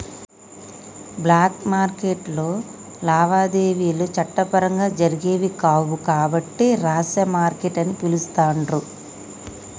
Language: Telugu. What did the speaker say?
బ్లాక్ మార్కెట్టులో లావాదేవీలు చట్టపరంగా జరిగేవి కావు కాబట్టి రహస్య మార్కెట్ అని పిలుత్తాండ్రు